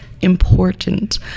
important